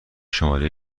شماره